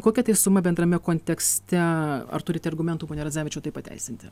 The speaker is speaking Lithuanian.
kokią sumą bendrame kontekste ar turite argumentų pone radzevičiau tai pateisinti